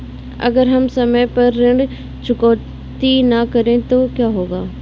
अगर हम समय पर ऋण चुकौती न करें तो क्या होगा?